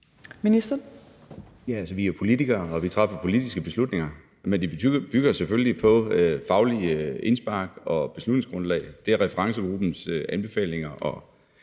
Bødskov (fg.): Altså, vi er jo politikere, og vi træffer politiske beslutninger, men de bygger selvfølgelig på faglige indspark og beslutningsgrundlag. Det er referencegruppens anbefalinger